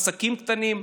העסקים הקטנים?